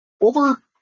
Over